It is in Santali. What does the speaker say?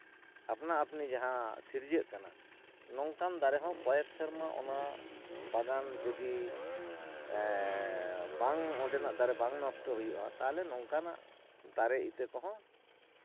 ᱟᱯᱱᱟᱼᱟᱯᱱᱤ ᱡᱟᱦᱟᱸ ᱥᱤᱨᱡᱟᱹᱜ ᱠᱟᱱᱟ ᱱᱚᱝᱠᱟᱱ ᱫᱟᱨᱮ ᱦᱚᱸ ᱠᱚᱭᱮᱠ ᱥᱮᱯᱢᱟ ᱚᱱᱟ ᱵᱟᱜᱟᱱ ᱡᱩᱫᱤ ᱵᱟᱝ ᱚᱸᱰᱮᱱᱟᱜ ᱫᱟᱨᱮ ᱵᱟᱝ ᱱᱚᱥᱴᱚ ᱦᱩᱭᱩᱜᱼᱟ ᱛᱟᱞᱦᱮ ᱱᱚᱝᱠᱟᱱᱟᱜ ᱫᱟᱨᱮ ᱤᱛᱟᱹ ᱠᱚᱦᱚᱸ